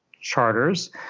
charters